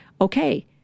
okay